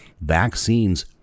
Vaccines